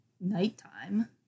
nighttime